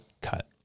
Cut